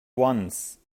once